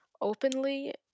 openly